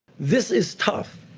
this is tough.